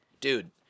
dude